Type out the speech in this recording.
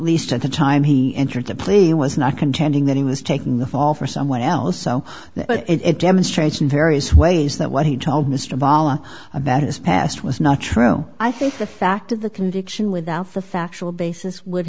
least at the time he entered the plea was not contending that he was taking the fall for someone else so that it demonstrates in various ways that what he told mr valma about his past was not true i think the fact of the conviction without the factual basis would